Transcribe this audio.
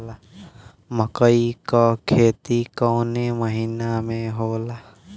मकई क खेती कवने महीना में होला?